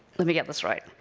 let me get this right.